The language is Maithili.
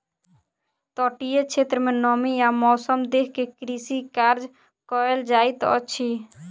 तटीय क्षेत्र में नमी आ मौसम देख के कृषि कार्य कयल जाइत अछि